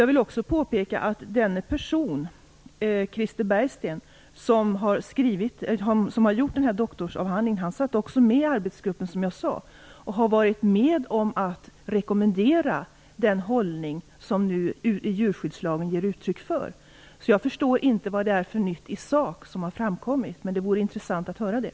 Jag vill också påpeka att den person, Krister Bergsten, som har gjort denna doktorsavhandling satt också med i arbetsgruppen, som jag tidigare sade. Han har varit med om att rekommendera den hållning som djurskyddslagen nu ger uttryck för. Jag förstår alltså inte vad det är för nytt i sak som har framkommit. Men det vore intressant att höra det.